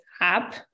app